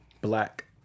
Black